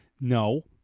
no